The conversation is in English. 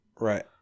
right